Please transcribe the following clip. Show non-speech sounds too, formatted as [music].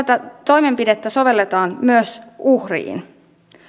[unintelligible] tätä toimenpidettä sovelletaan myös uhriin